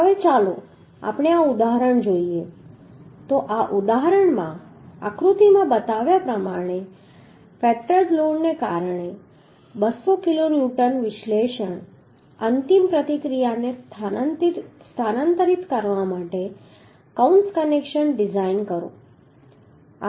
હવે ચાલો આપણે આ ઉદાહરણ જોઈએ તો આ ઉદાહરણમાં આકૃતિમાં બતાવ્યા પ્રમાણે ફેક્ટરેડ લોડને કારણે 200 કિલોન્યુટનની વિશ્લેષણ અંતિમ પ્રતિક્રિયાને સ્થાનાંતરિત કરવા માટે કૌંસ કનેક્શન ડિઝાઇન કરો